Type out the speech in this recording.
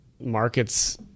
markets